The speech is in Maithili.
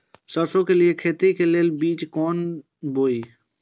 सरसों के लिए खेती के लेल बीज केना बोई?